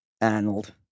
Arnold